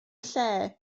lle